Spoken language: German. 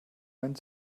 meinen